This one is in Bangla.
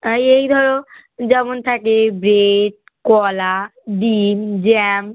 এই ধরো যেমন থাকে ব্রেড কলা ডিম জ্যাম